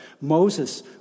Moses